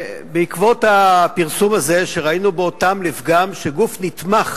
בעקבות הפרסום הזה, שראינו בו טעם לפגם, שגוף נתמך